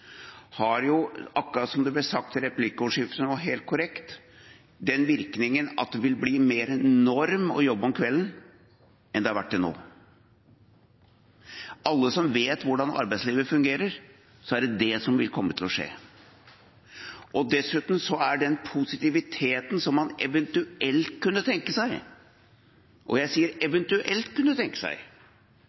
har – akkurat som det nå helt korrekt ble sagt i replikkordskiftet – den virkningen at det vil bli mer en norm å jobbe om kvelden enn det har vært til nå. Alle som vet hvordan arbeidslivet fungerer, ser at det er det som vil komme til å skje. Dessuten er det positive som man eventuelt kunne tenke seg – og jeg sier: eventuelt kunne tenke seg